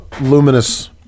luminous